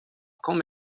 quand